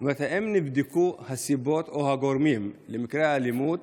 האם נבדקו הסיבות והגורמים למקרי האלימות